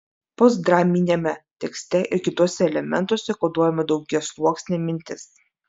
postdraminiame tekste ir kituose elementuose koduojama daugiasluoksnė mintis